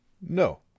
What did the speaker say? No